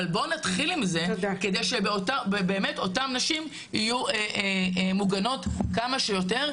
אבל בואו נתחיל עם זה כדי שבאמת אותן נשים יהיו מוגנות כמה שיותר,